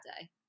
day